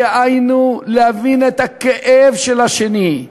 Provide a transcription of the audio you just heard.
דהיינו להבין את הכאב של השני,